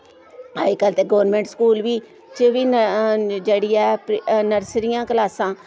अज्जकल ते government school च बी न जेह्ड़ी ऐ प्रि नर्सरियां क्लासां